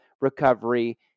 recovery